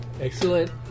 Excellent